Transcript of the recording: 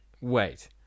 wait